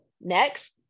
Next